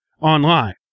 online